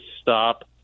stop